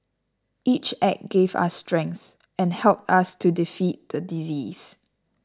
each act gave us strength and helped us to defeat the disease